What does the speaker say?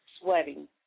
sweating